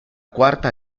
cuarta